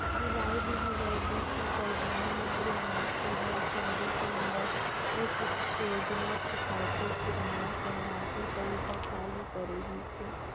जुलाई दू हजार बीस म परधानमंतरी आवास योजना सहरी के अंदर एक उपयोजना किफायती किराया के आवासीय परिसर चालू करे गिस हे